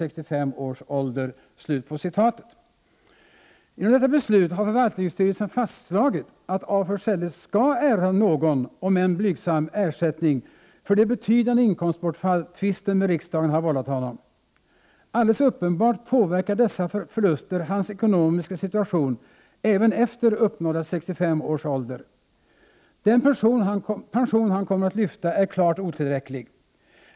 Genom detta beslut har förvaltningsstyrelsen fastslagit, att af Forselles skall erhålla någon, om än blygsam, ersättning för det betydande inkomstbortfall tvisten med riksdagen har vållat honom. Alldeles uppenbart påverkar dessa förluster hans ekonomiska situation även efter uppnådda 65 års ålder. Den pension han kommer att lyfta är klart otillräcklig.